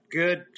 good